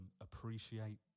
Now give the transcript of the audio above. appreciate